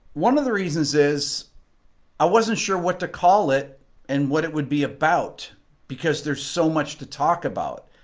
one of the reasons is i wasn't sure what to call it and what it would be about because there's so much to talk about